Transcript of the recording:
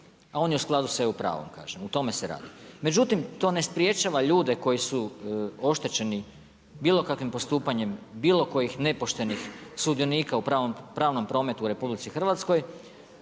a on je u skladu sa EU pravom, kažem. O tome se radi. Međutim, to ne sprječava ljude koji su oštećeni bilo kakvim postupanjem bilo kojih nepoštenih sudionika u pravnom prometu u RH da na sudu